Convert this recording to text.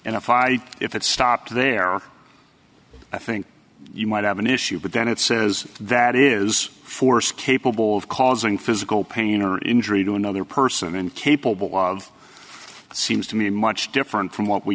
fight if it stopped there i think you might have an issue but then it says that is force capable of causing physical pain or injury to another person incapable of seems to me much different from what we